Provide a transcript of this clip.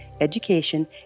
education